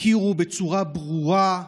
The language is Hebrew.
הכירו בצורה ברורה,